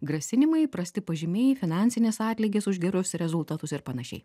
grasinimai prasti pažymiai finansinis atlygis už gerus rezultatus ir panašiai